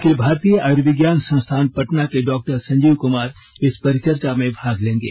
अखिल भारतीय आयुर्विज्ञान संस्थान पटना के डॉक्टर संजीव कुमार इस परिचर्चा में भाग लेंगे